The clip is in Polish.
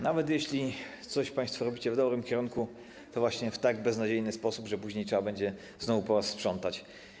Nawet jeśli coś państwo robicie w dobrym kierunku, to właśnie w tak beznadziejny sposób, że później znowu trzeba będzie po was sprzątać.